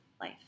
life